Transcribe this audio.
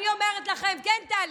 אני אומרת לכם, כן, טלי,